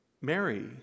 Mary